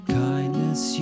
kindness